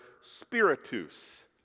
spiritus